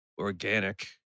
organic